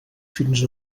fins